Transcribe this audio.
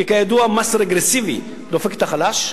כי כידוע מס רגרסיבי דופק את החלש,